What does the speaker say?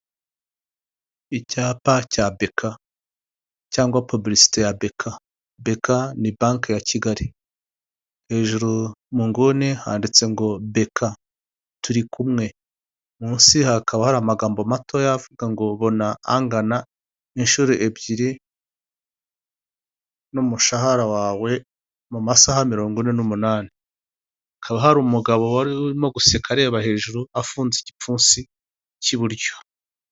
Icyapa cya Beka cyangwa puburisiste ya beka. Beka ni banki ya Kigali. Hejuru mu nguni handitse ngo Beka turi kumwe. Munsi hakaba hari amagambo matoya avuga ngo bona angana inshuro ebyiri n'umushahara wawe, mu masaha mirongo ine n'umunani . Hakaba hari umugabo wari urimo guseka, areba hejuru, afunze igipfunsi cy'iburyo.